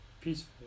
peaceful